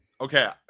okay